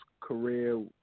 career